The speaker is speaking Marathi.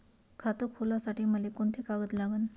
खात खोलासाठी मले कोंते कागद लागन?